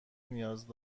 نیاز